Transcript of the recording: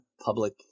public